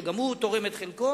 שגם הוא תורם את חלקו,